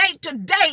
today